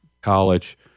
College